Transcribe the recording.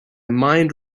mind